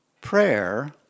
Prayer